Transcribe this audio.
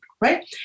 Right